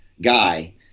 guy